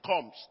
comes